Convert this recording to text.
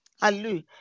Hallelujah